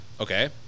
Okay